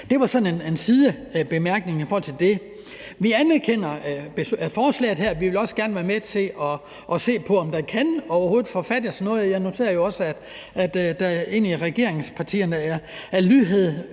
sådan en sidebemærkning i forhold til det. Vi anerkender forslaget her, og vi vil også gerne være med til at se på, om der overhovedet kan forfattes noget, og jeg noterer mig også, at der er inde i regeringspartierne er en lydhørhed